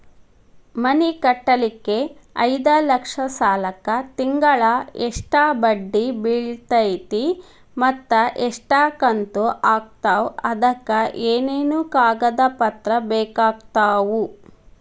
ಮನಿ ಕಟ್ಟಲಿಕ್ಕೆ ಐದ ಲಕ್ಷ ಸಾಲಕ್ಕ ತಿಂಗಳಾ ಎಷ್ಟ ಬಡ್ಡಿ ಬಿಳ್ತೈತಿ ಮತ್ತ ಎಷ್ಟ ಕಂತು ಆಗ್ತಾವ್ ಅದಕ ಏನೇನು ಕಾಗದ ಪತ್ರ ಬೇಕಾಗ್ತವು?